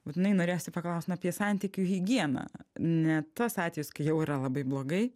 būtinai norėsiu paklaust na apie santykių higieną ne tas atvejis kai jau yra labai blogai